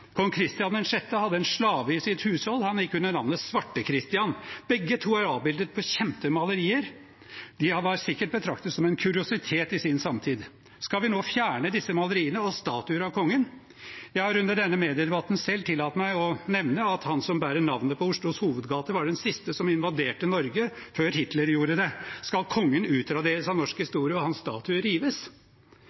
Christian 6. hadde en slave i sitt hushold. Han gikk under navnet Svarte-Christian. Begge to er avbildet på kjente malerier. De var sikkert betraktet som en kuriositet i sin samtid. Skal vi nå fjerne disse maleriene og statuer av kongen? Jeg har under denne mediedebatten selv tillatt meg å nevne at han som bærer navnet på Oslos hovedgate, var den siste som invaderte Norge før Hitler gjorde det. Skal kongen utraderes av norsk historie og hans statue rives?